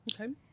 Okay